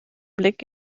blick